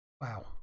Wow